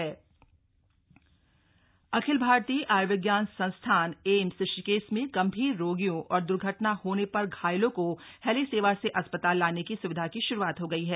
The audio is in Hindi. एम्स हेलीपैड अखिल भारतीय आयुर्विज्ञान संस्थान एम्स ऋषिकेश में गंभीर रोगियों और द्र्घटना होने पर घायलों को हेली सेवा से अस्पताल लाने की सुविधा की श्रुआत हो गई है